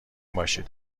باشید